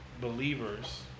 believers